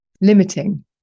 limiting